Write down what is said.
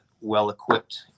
well-equipped